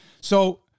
So-